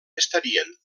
estarien